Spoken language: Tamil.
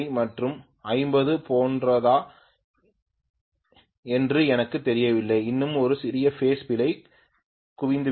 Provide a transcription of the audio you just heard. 95 மற்றும் 50 போன்றதா என்று எனக்குத் தெரியவில்லை இன்னும் ஒரு சிறிய பேஸ் பிழை குவிந்துவிடும்